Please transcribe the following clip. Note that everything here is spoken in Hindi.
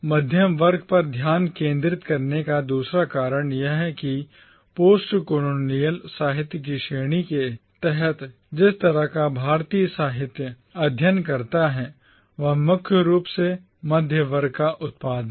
मध्यवर्ग पर ध्यान केंद्रित करने का दूसरा कारण यह है कि पोस्टकोलोनियल साहित्य की श्रेणी के तहत जिस तरह का भारतीय साहित्य अध्ययन करता है वह मुख्य रूप से मध्य वर्ग का उत्पादन है